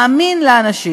מאמין לאנשים,